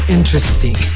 interesting